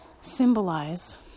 symbolize